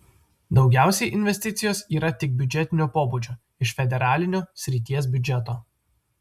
daugiausiai investicijos yra tik biudžetinio pobūdžio iš federalinio srities biudžeto